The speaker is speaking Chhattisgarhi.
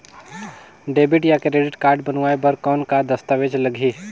डेबिट या क्रेडिट कारड बनवाय बर कौन का दस्तावेज लगही?